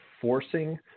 forcing